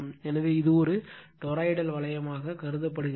எனவே இது ஒரு டொராய்டல் வளையமாக கருதப்படுகிறது